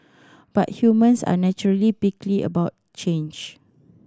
but humans are naturally prickly about change